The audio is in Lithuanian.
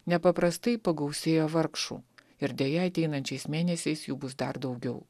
nepaprastai pagausėjo vargšų ir deja ateinančiais mėnesiais jų bus dar daugiau